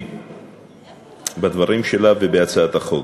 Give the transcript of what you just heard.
משמעותי בדברים שלה ובהצעת החוק.